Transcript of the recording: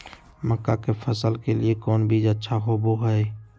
मक्का के फसल के लिए कौन बीज अच्छा होबो हाय?